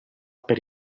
per